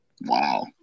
Wow